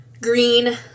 green